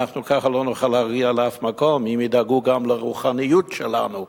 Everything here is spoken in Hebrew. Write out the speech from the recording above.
אנחנו כך לא נוכל להגיע לאף מקום אם ידאגו גם לרוחניות שלנו,